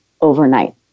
overnight